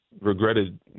regretted